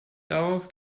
darauf